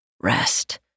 rest